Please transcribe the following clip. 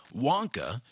Wonka